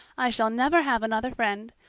i shall never have another friend.